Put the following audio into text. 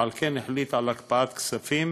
ועל כן החליט על הקפאת כספים